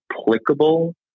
applicable